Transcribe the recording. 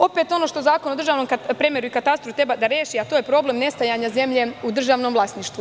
Opet ono što Zakon o državnom premeru i katastru treba da reši, a to je problem nestajanja zemlje u državnom vlasništvu.